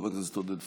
חבר הכנסת עודד פורר,